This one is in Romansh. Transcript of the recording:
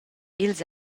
els